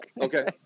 Okay